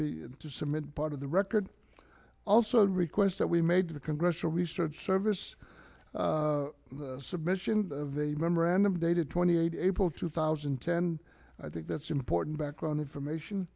be submitted part of the record also requests that we made to the congressional research service submission of a memorandum dated twenty eight april two thousand and ten i think that's important background information